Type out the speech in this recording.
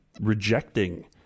rejecting